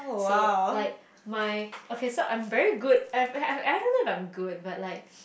so like my okay so I'm very good I'm~ I don't know if I'm good but like